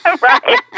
Right